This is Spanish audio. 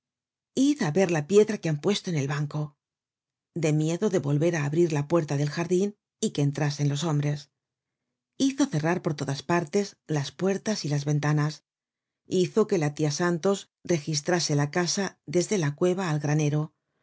id á ver la piedra que han puesto en el banco de miedo de volver á abrir la puerta del jardin y que entrasen los hombres hizo cerrar por todas partes las puertas y las ventanas hizo que la tia santos registrase la casa desde la cueva al granero